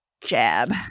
Jab